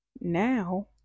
Now